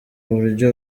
uburyo